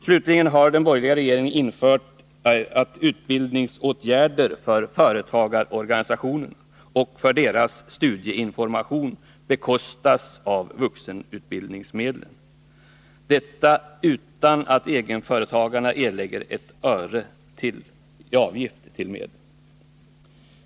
Slutligen har den borgerliga regeringen infört betämmelser som innebär att utbildningsåtgärder för företagarorganisationer och för deras studieinformation bekostas av vuxenutbildningsmedlen — detta utan att egenföretagarna erlägger ett öre i avgift till de medlen.